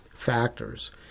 factors